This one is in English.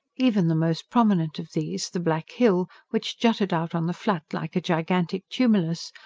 even the most prominent of these, the black hill, which jutted out on the flat like a gigantic tumulus,